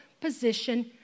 position